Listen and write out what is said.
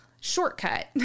shortcut